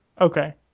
Okay